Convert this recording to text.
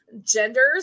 genders